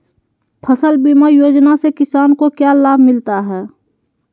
फसल बीमा योजना से किसान को क्या लाभ मिलता है?